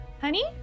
Honey